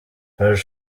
park